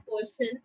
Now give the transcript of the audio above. person